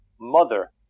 mother